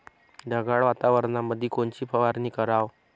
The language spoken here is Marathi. ढगाळ वातावरणामंदी कोनची फवारनी कराव?